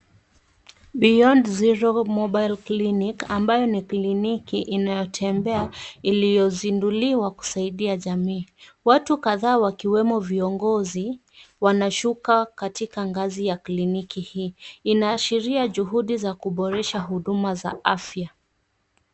Beyond zero mobile clinic ambayo ni kliniki inayotembea iliyozinduliwa kusaidia jamii. Watu kadhaa wakiwemo viongozi wanashuka katika ngazi ya kliniki. Hii inaashiria juhudi za kuboresha huduma za afya.